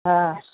हा